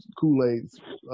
Kool-Aid